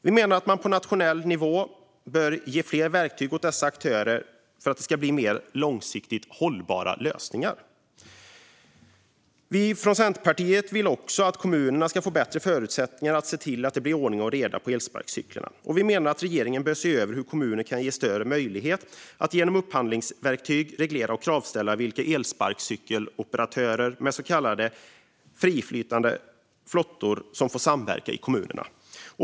Vi menar att man på nationell nivå bör ge dessa aktörer fler verktyg för att det ska bli mer långsiktigt hållbara lösningar. Centerpartiet vill också att kommunerna ska få bättre förutsättningar för att se till att det blir ordning och reda när det gäller elsparkcyklarna. Regeringen bör se över hur kommuner kan ges större möjlighet att genom upphandlingsverktyget reglera och kravställa vilka elsparkcykeloperatörer med så kallade friflytande flottor som får vara verksamma i kommunerna.